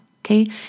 Okay